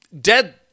dead